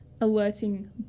alerting